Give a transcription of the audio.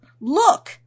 look